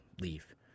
leave